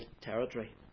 territory